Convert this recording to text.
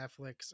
netflix